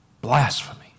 Blasphemy